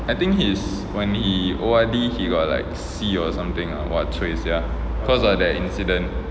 I think he's when he O_R_D he got like C or something !wah! cui sia cause of that incident